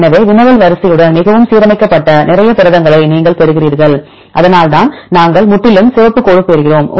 எனவே வினவல் வரிசையுடன் மிகவும் சீரமைக்கப்பட்ட நிறைய புரதங்களை நீங்கள் பெறுகிறீர்கள் இதனால்தான் நாங்கள் முற்றிலும் சிவப்பு கோடு பெறுகிறோம்